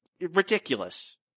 ridiculous